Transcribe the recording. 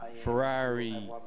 Ferrari